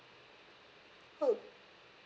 how